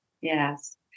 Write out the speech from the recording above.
yes